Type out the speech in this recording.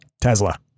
Tesla